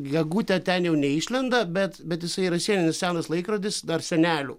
gegutė ten jau neišlenda bet bet jisai yra sieninis senas laikrodis dar senelių